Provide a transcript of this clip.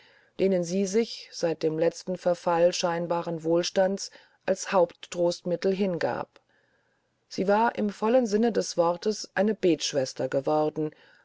denen sie sich seit dem letzten verfall scheinbaren wohlstandes als haupttrostmittel hingab sie war im vollen sinne des wortes eine betschwester geworden